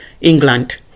England